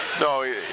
No